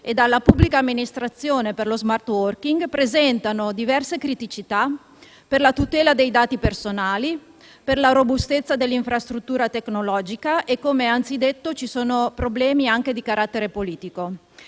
e dalla pubblica amministrazione per lo *smart working*, presenta diverse criticità per la tutela dei dati personali, per la robustezza dell'infrastruttura tecnologica e, come anzidetto, ci sono problemi anche di carattere politico.